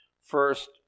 First